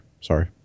sorry